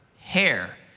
hair